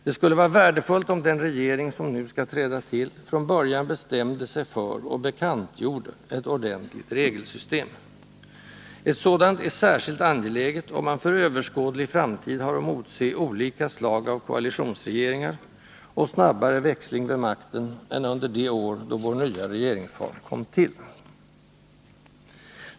Det skulle vara värdefullt om den regering, som nu skall träda till, från början bestämde sig för — och bekantgjorde — ett ordentligt regelsystem. Ett sådant är särskilt angeläget, om man för överskådlig framtid har att motse olika slag av koalitionsregeringar och snabbare växling vid makten än under de år, då vår nya regeringsform kom till.